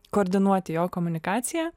koordinuoti jo komunikaciją